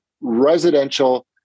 residential